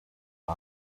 box